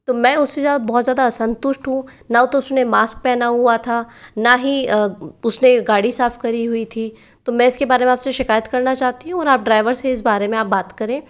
तो मैं उससे ज़्यादा बहुत ज़्यादा असंतुष्ट हूँ ना तो उसने मास्क पहना हुआ था ना ही उसने गाड़ी साफ करी हुई थी तो मैं इसके बारे में आपसे शिकायत करना चाहती हूँ और आप ड्राइवर से इस बारे में आप बात करें